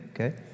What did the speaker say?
Okay